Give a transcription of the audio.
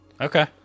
Okay